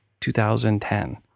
2010